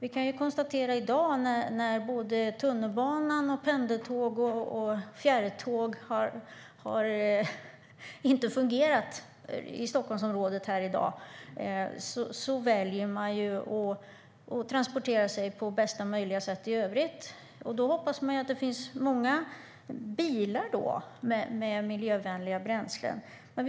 I dag när tunnelbana, pendeltåg och fjärrtåg inte har fungerat i Stockholmsområdet väljer folk att transportera sig på annat sätt. Förhoppningsvis finns det många bilar som kör på miljövänligt bränsle.